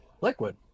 liquid